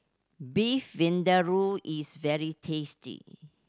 Beef Vindaloo is very tasty